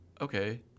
Okay